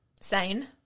Sane